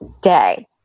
day